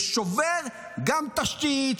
ששובר גם תשתית,